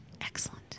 Excellent